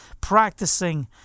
practicing